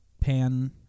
pan